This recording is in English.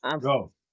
Go